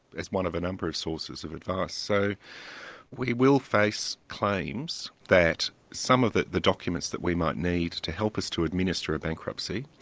as one of a number of sources of advice. so we will face claims that some of the the documents that we might need to help us to administer a bankruptcy,